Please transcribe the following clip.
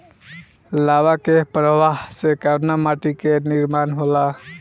लावा क प्रवाह से कउना माटी क निर्माण होला?